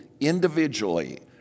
individually